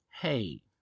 Hey